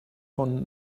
von